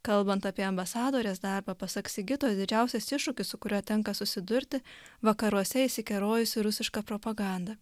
kalbant apie ambasadorės darbą pasak sigitos didžiausias iššūkis su kuriuo tenka susidurti vakaruose įsikerojusi rusiška propaganda